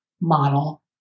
model